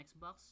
xbox